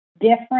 different